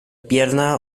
pierna